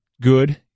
good